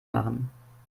machen